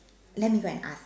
let me go and ask